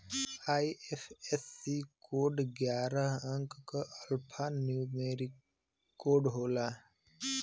IFSC code ग्यारह अंक क एल्फान्यूमेरिक कोड होला